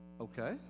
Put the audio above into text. Okay